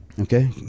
Okay